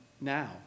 now